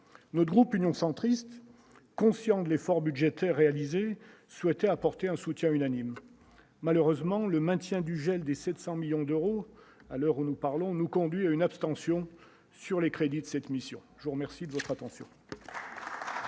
notre groupe Union centriste, conscient de l'effort budgétaire réalisé souhaitait apporter un soutien unanime, malheureusement, le maintien du gel des 700 millions d'euros à l'heure où nous parlons, nous conduit à une abstention sur les crédits de cette mission, je vous remercie de votre attention.